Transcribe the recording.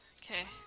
okay